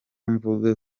mvuge